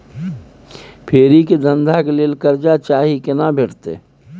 फेरी के धंधा के लेल कर्जा चाही केना भेटतै?